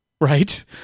right